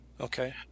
Okay